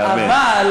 אמן.